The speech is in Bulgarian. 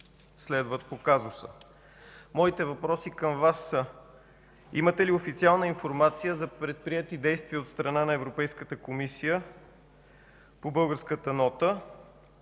следват по казуса. Моите въпроси към Вас са: имате ли официална информация за предприети действия от страна на Европейската комисия по българската нота?